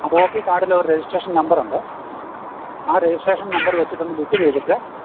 ആ O P കാർഡിൽ ഒരു രജിസ്ട്രേഷൻ നമ്പറൊണ്ട് ആ രജിസ്ട്രേഷൻ നമ്പറ് വെച്ചിട്ട് ഒന്ന് ബുക്ക് ചെയ്തിട്ട്